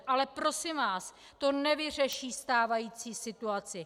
Ale prosím vás, to nevyřeší stávající situaci.